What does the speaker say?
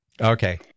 Okay